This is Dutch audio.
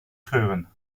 scheuren